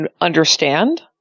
understand